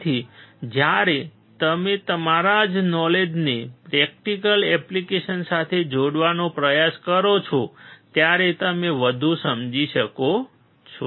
તેથી જ્યારે તમે તમારા જ નોલેજને પ્રેક્ટિકલ એપ્લિકેશન્સ સાથે જોડવાનો પ્રયાસ કરો છો ત્યારે તમે વધુ સમજી શકશો